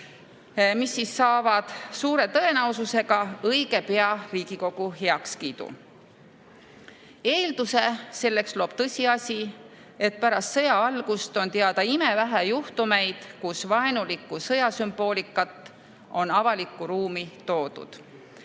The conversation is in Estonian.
mis saavad suure tõenäosusega õige pea Riigikogu heakskiidu. Eelduse selleks loob tõsiasi, et pärast sõja algust on teada imevähe juhtumeid, kus vaenulikku sõjasümboolikat on avalikku ruumi toodud.